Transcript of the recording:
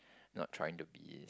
not trying to be